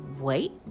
wait